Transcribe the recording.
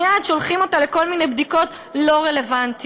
מייד שולחים אותה לכל מיני בדיקות לא רלוונטיות.